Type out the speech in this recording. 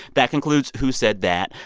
that concludes who said that.